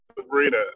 Sabrina